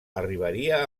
arribaria